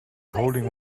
holding